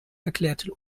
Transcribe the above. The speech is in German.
erklärte